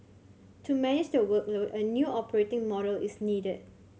to manage the workload a new operating model is needed